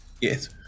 Yes